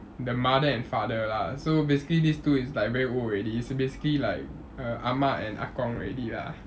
the mother and father lah so basically these two is like very old already is basically like err 阿嫲 and 阿公 already lah